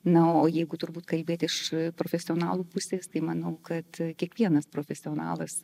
na o jeigu turbūt kalbėti iš profesionalų pusės tai manau kad kiekvienas profesionalas